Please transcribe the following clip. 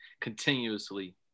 continuously